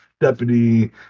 Deputy